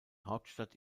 hauptstadt